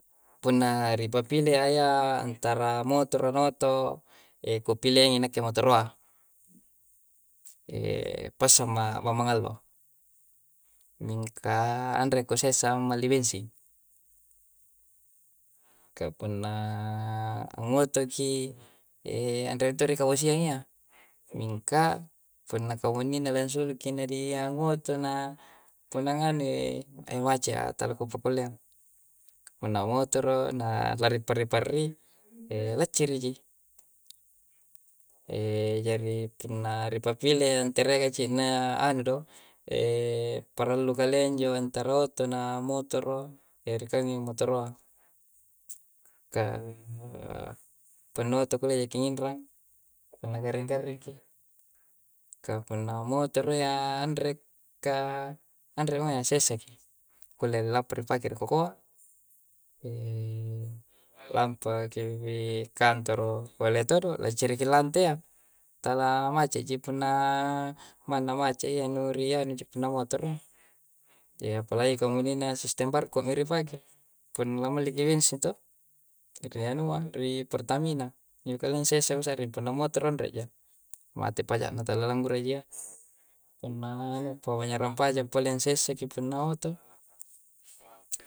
Punna ri papileayya antara motoro na oto, e kupileangi nakke motoroa. passang ma bambang ngallo. Mingka anre' kusessa ammalli bengsing. Ka punna ngoto ki, anre minto' ri kabosiang iyya, mingka punna kamunnina lansulukki na diangngoto na punna nganu i, e mace'a tala kupakkulleang. Ka punna motoro na lari parri-parri, e lacciri ji. jari punna ri papile'a anterea gaci'na anu do, parallu kalea injo antara oto na motoro, e riekangngangi motoroa. Ka punna oto kulle jaki nginrang punna garring-garringki. Ka punna motoro iyya anreka, anre mo yya, sessaki. Kulle lampa ni pake ri kokoa, lampaki ri kantoro, bole todo', lacciriki lanteyya. Tala mace'ji punna, manna mace' iyya nu rianu ji punna motoro. E apalagi kamunnina sistem barko' mi ripake. Punna na malli ki bensing toh. Ri anua ri pertamina. sessa kusa'ring. Punna motoro ja, anre'ja. Mate paja'na tala langngura ji iyya punna anuyya, pa'banyarang paja' pole ansessaki punna oto.